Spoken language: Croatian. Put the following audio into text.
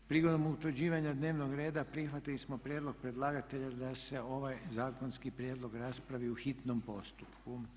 Prigodom utvrđivanja dnevnog reda prihvatili smo prijedlog predlagatelja da se ovaj zakonski prijedlog raspravi u hitnom postupku.